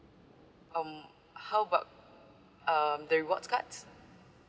um how about um the rewards cards